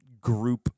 group